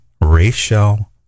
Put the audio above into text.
Rachel